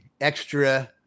extra